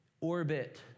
orbit